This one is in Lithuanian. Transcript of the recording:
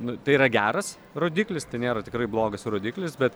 nu tai yra geras rodiklis tai nėra tikrai blogas rodiklis bet